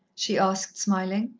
she asked, smiling.